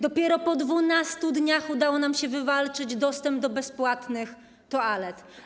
Dopiero po 12 dniach udało nam się wywalczyć dostęp do bezpłatnych toalet.